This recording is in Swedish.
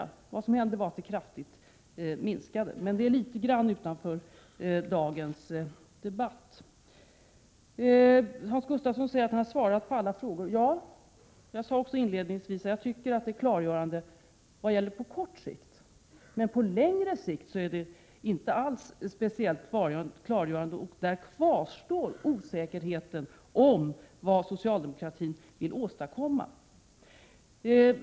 Vad som hände var att det kraftigt minskade. Men detta ligger litet grand utanför dagens debatt. Hans Gustafsson säger att han har svarat på alla mina frågor. Ja, jag sade också inledningsvis att svaret är klargörande på kort sikt. Men på längre sikt är det inte alls speciellt klargörande, och därvidlag kvarstår osäkerheten om vad socialdemokratin vill åstadkomma.